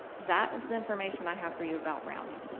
that is the information i have for you about rounding.